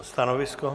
Stanovisko?